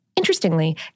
Interestingly